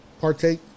partake